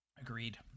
Agreed